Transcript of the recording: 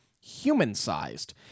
human-sized